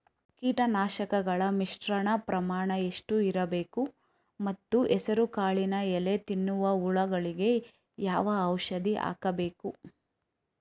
ಕೀಟನಾಶಕಗಳ ಮಿಶ್ರಣ ಪ್ರಮಾಣ ಎಷ್ಟು ಇರಬೇಕು ಮತ್ತು ಹೆಸರುಕಾಳಿನ ಎಲೆ ತಿನ್ನುವ ಹುಳಗಳಿಗೆ ಯಾವ ಔಷಧಿ ಹಾಕಬೇಕು?